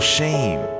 shame